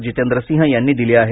जितेंद्र सिंह यांनी दिली आहे